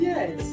Yes